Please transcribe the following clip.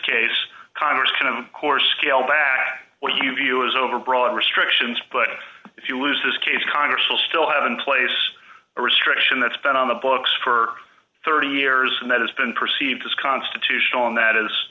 case congress can of course scaled back what you view as overbroad restrictions but if you lose this case congress will still have in place a restriction that's been on the books for thirty years and that has been perceived as constitutional and that is